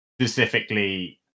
specifically